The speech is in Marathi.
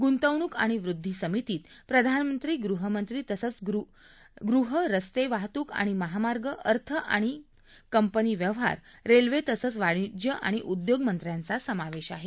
गुंतवणूक आणि वृद्वी समितीत प्रधानमंत्री गृहमंत्री तसंच गृह रस्ते वाहतूक आणि महामार्ग अर्थ आणि कंपनी व्यवहार रेल्वे तसंच वाणिज्य आणि उदयोगमंत्र्यांचा समावेश आहे